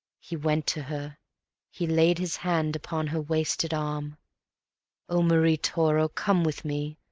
he went to her he laid his hand upon her wasted arm oh, marie toro, come with me,